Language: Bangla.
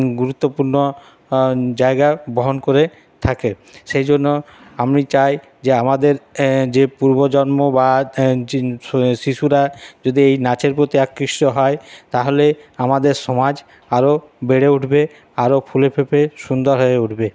গুরুত্বপূর্ণ জায়গা বহন করে থাকে সেই জন্য আমি চাই যে আমাদের যে পূর্বজন্ম বা যে শিশুরা যদি এই নাচের প্রতি আকৃষ্ট হয় তাহলে আমাদের সমাজ আরো বেড়ে উঠবে আরো ফুলে ফেঁপে সুন্দর হয়ে উঠবে